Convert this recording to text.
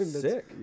sick